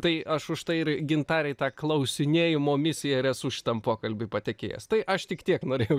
tai aš užtai ir gintarei tą klausinėjimo misiją ir esu šitam pokalbiui patekėjęs tai aš tik tiek norėjau